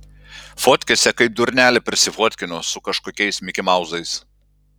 fotkėse kaip durnelė prisifotkino su kažkokiais mikimauzais